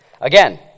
Again